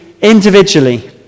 individually